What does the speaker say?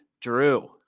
Drew